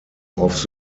off